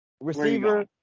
Receiver